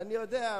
אני יודע,